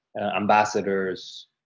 ambassadors